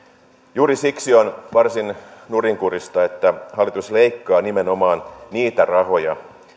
juuri siksi on varsin nurinkurista että hallitus leikkaa nimenomaan niitä rahoja